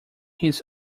his